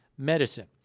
medicine